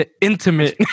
intimate